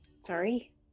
sorry